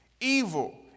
evil